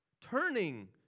Turning